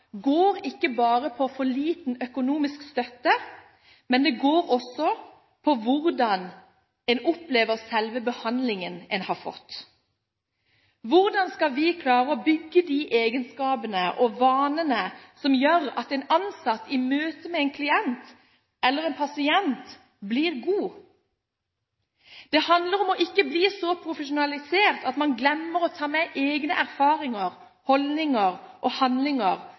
ikke bare går på for liten økonomisk støtte, men også på hvordan en opplever selve behandlingen en har fått. Hvordan skal vi klare å bygge de egenskapene og vanene som gjør at en ansatt i møte med en klient eller en pasient blir god? Det handler om ikke å bli så profesjonalisert at man glemmer å ta med egne erfaringer, holdninger og handlinger